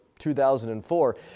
2004